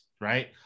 right